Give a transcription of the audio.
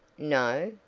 no?